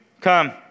come